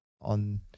on